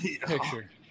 picture